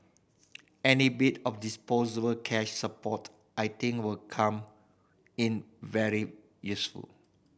any bit of disposable cash support I think will come in very useful